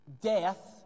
Death